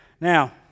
Now